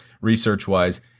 research-wise